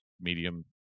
medium